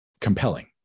compelling